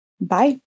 Bye